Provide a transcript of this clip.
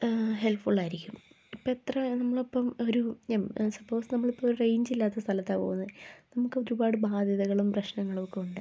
helpful ആയിരിക്കും ഇപ്പോള് എത്ര നമ്മളിപ്പോള് ഒരു സപ്പോസ് നമ്മളിപ്പോള് ഒരു റേയ്ഞ്ച് ഇല്ലാത്ത സ്ഥലത്താണ് പോകുന്നത് നമുക്കൊരുപാട് ബാധ്യതകളും പ്രശ്നങ്ങളും ഒക്കെ ഉണ്ട്